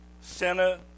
center